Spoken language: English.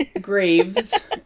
graves